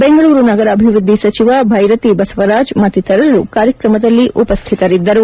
ಬೆಂಗಳೂರು ನಗರಾಭಿವೃದ್ದಿ ಸಚಿವ ಬೈರತಿ ಬಸವರಾಜ್ ಮತ್ತಿತರರು ಕಾರ್ಯಕ್ರಮದಲ್ಲಿ ಉಪ್ಯುತರಿದ್ದರು